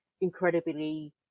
incredibly